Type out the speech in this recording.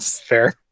Fair